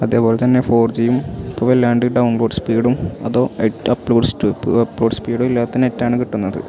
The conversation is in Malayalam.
അതെപോലെതന്നെ ഫോര് ജിയും ഇപ്പം വല്ലാണ്ട് ഡണ്ലോഡ് സ്പീഡും അതൊ എട്ട് അപ്പ്ലോഡ് സ്റ്റൂപ്പ് അപ്പ്ലോഡ് സ്പീഡും ഇല്ലാത്ത നെറ്റാണ് കിട്ടുന്നത്